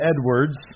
Edwards